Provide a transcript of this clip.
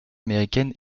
américaine